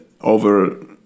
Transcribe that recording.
over